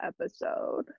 episode